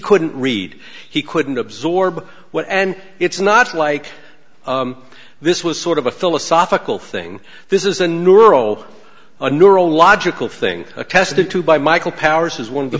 couldn't read he couldn't absorb what and it's not like this was sort of a philosophical thing this is a neuro a neurological thing attested to by michael powers is one of the